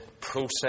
process